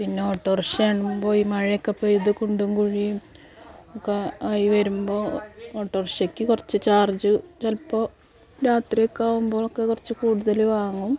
പിന്നെ ഓട്ടോറിഷാ പോയി മഴയൊക്കെ പെയ്തു കുണ്ടും കുഴിയും ഒക്കെ ആയി വരുമ്പോൾ ഓട്ടോറിഷയ്ക്ക് കുറച്ച് ചാർജ്ജ് ചിലപ്പോൾ രാത്രിയൊക്കെ ആകുമ്പോളൊക്കെ കുറച്ച് കൂടുതല് വാങ്ങും